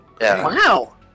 Wow